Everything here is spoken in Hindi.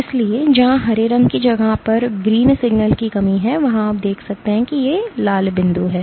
इसलिए जहां हरे रंग की जगह पर ग्रीन सिग्नल की कमी है वहां आप देख सकते हैं कि ये लाल बिंदु हैं